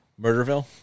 Murderville